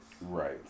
Right